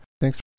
Thanks